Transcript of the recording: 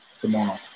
tomorrow